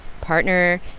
partner